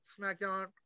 SmackDown